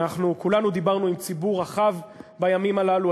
אנחנו כולנו דיברנו אל ציבור רחב בימים הללו,